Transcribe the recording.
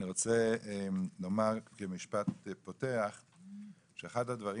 אני רוצה לומר כמשפט פותח שאחד הדברים